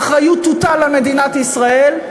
האחריות תוטל על מדינת ישראל.